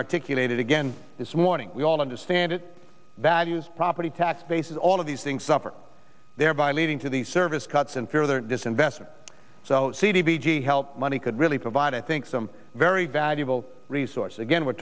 articulated again this morning we all understand it values property tax bases all of these things suffer thereby leading to these service cuts and fare than this investment so c d g help money could really provide i think some very valuable resource again we're